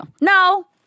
no